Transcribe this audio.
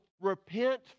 repent